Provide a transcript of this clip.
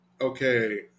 Okay